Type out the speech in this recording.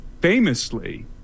famously